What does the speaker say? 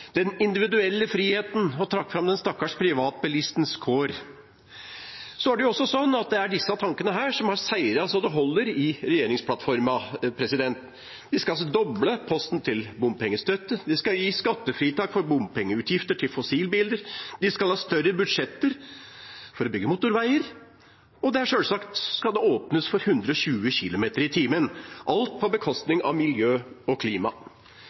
den individuelle friheten – og trakk fram den stakkars privatbilistens kår. Det er også disse tankene som har seiret så det holder i regjeringsplattforma. De skal doble posten til bompengestøtte, de skal gi skattefritak for bompengeutgifter til fossilbiler, de skal ha større budsjetter for å bygge motorveier, og sjølsagt skal det åpnes for 120 km/t – alt på bekostning av miljø og klima.